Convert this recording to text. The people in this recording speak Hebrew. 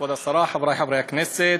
כבוד השרה, חברי חברי הכנסת,